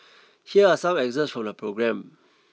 here are some excerpts from the programme